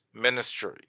ministry